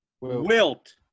Wilt